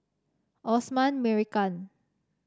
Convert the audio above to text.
Osman Merican